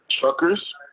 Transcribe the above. Truckers